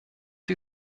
die